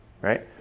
Right